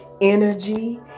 energy